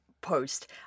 post